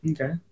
okay